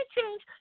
change